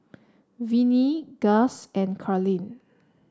Venie Guss and Carleen